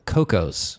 Coco's